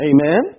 Amen